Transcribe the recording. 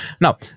Now